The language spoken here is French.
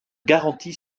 garanti